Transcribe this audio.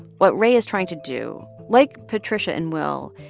what ray is trying to do, like patricia and will,